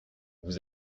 vous